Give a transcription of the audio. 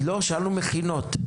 שאלנו על מכינות.